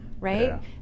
right